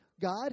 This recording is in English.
God